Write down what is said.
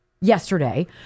yesterday